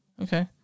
Okay